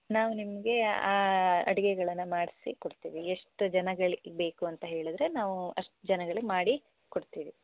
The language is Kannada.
ನಾವು ನಿಮಗೆ ಆ ಅಡಿಗೆಗಳನ್ನು ಮಾಡಿಸಿಕೊಡ್ತೀವಿ ಎಷ್ಟು ಜನಗಳಿಗೆ ಬೇಕು ಅಂತ ಹೇಳಿದರೆ ನಾವು ಅಷ್ಟು ಜನಗಳಿಗೆ ಮಾಡಿಕೊಡ್ತೀವಿ